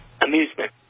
Amusement